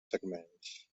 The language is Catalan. segments